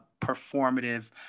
performative